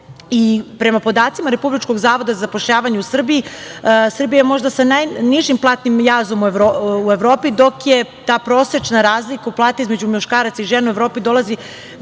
žene. Prema podacima Republičkog zavoda za zapošljavanje u Srbiji, Srbija je možda sa najnižim platnim jazom u Evropi, dok je ta prosečna razlika plate između muškaraca i žena u Evropi dolazi